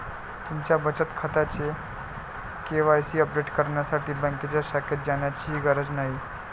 तुमच्या बचत खात्याचे के.वाय.सी अपडेट करण्यासाठी बँकेच्या शाखेत जाण्याचीही गरज नाही